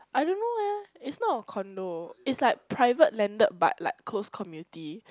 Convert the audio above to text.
I don't know eh it's not a condo it's like private landed but like close community